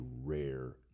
rare